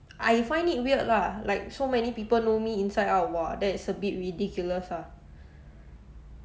I find it weird lah like so many people know me inside out !wah! that is a bit ridiculous lah